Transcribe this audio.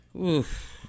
Oof